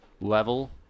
level